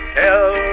tell